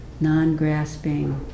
non-grasping